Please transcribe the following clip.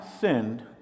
sinned